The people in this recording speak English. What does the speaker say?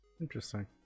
interesting